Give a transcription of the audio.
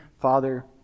Father